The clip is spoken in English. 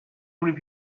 many